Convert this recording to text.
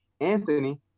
Anthony